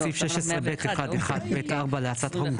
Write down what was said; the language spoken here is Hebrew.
בסעיף 16(ב1)(1)(ב)(4) להצעת החוק,